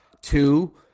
Two